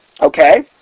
Okay